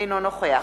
אינו נוכח